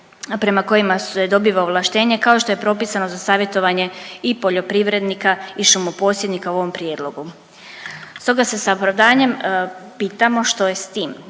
prema kojima se dobiva ovlaštenje kao što je propisano za savjetovanje i poljoprivrednika i šumoposjednika u ovom prijedlogu. Stoga se s opravdanjem pitamo što je s tim.